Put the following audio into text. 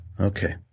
Okay